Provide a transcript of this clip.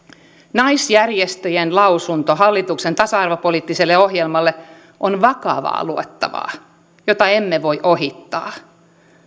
naisjärjestöjen lausunto hallituksen tasa arvopoliittiselle ohjelmalle on vakavaa luettavaa jota emme voi ohittaa